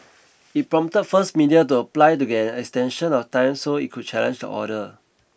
it prompted first media to apply to get an extension of time so it could challenge the order